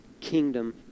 kingdom